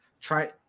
try